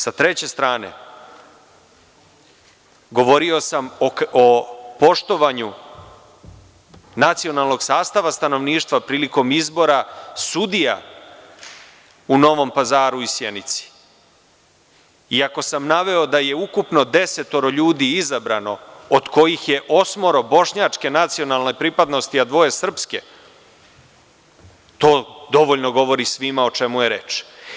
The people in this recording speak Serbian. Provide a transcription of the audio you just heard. Sa treće strane, govorio sam o poštovanju nacionalnog sastava stanovništva prilikom izbora sudija u Novom Pazaru i Sjenici, i ako sam naveo da je ukupno desetoro ljudi izabrano, od kojih je osmoro bošnjačke nacionalne pripadnosti, a dvoje srpske, to dovoljno govori svima o čemu je reč.